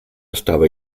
estava